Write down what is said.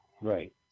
Right